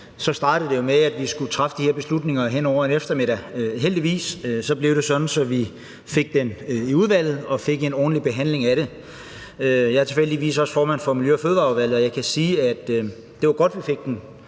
startede det jo med, at vi skulle træffe de her beslutninger hen over en eftermiddag. Heldigvis blev det sådan, at vi fik det i udvalget og fik en ordentlig behandling af det. Jeg er tilfældigvis også formand for Miljø- og Fødevareudvalget, og jeg kan sige, at det var godt, at vi fik det